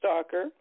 Stalker